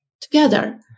together